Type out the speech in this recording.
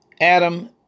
Adam